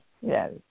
yes